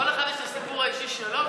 לכל אחד יש את הסיפור האישי שלו,